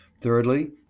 Thirdly